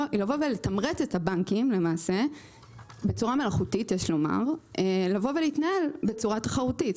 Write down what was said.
היא לתמרץ את הבנקים בצורה מלאכותית להתנהל בצורה תחרותית.